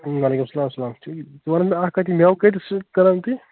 وعلیکُم اسلام اسلام ٹھیٖک ژٕ وَن مےٚ اکھ کَتھ یہِ میٚوٕ کٍتِس کٕنَان تُہۍ